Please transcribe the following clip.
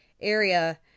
area